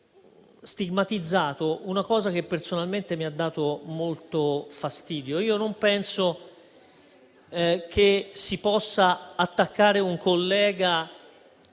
stigmatizzato una cosa che personalmente mi ha dato molto fastidio. Non penso che si possa attaccare una collega